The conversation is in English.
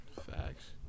Facts